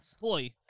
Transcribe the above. boy